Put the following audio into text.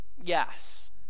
Yes